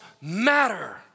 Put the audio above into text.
matter